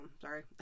Sorry